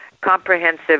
comprehensive